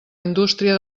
indústria